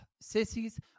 sissies